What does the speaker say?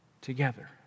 together